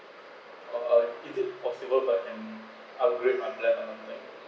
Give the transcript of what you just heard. or uh is it possible I can upgrade my plan anything